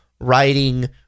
writing